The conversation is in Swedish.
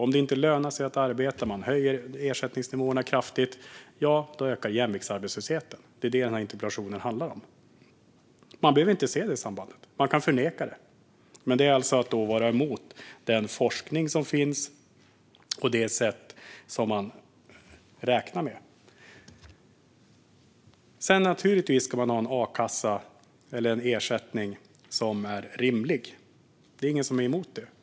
Om det inte lönar sig att arbeta, om man höjer ersättningsnivåerna kraftigt, ökar jämviktsarbetslösheten. Det är vad interpellationen handlar om. Man behöver inte se det sambandet. Man kan förneka det. Men det är att vara emot den forskning som finns och det sätt på vilket man räknar. Sedan ska man naturligtvis ha en ersättning från a-kassan eller en ersättning som är rimlig. Det är ingen som är emot det.